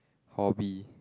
Hall B